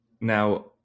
Now